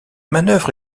manœuvre